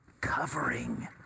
covering